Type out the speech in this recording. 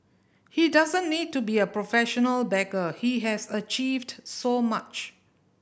he doesn't need to be a professional beggar he has achieved so much